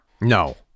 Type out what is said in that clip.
No